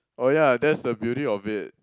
oh yeah that's the beauty of it